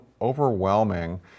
overwhelming